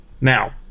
Now